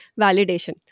validation